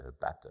better